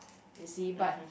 you see but